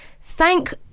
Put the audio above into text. thank